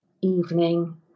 evening